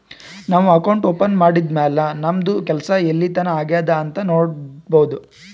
ನಾವು account open ಮಾಡದ್ದ್ ಮ್ಯಾಲ್ ನಮ್ದು ಕೆಲ್ಸಾ ಎಲ್ಲಿತನಾ ಆಗ್ಯಾದ್ ಅಂತ್ ನೊಡ್ಬೋದ್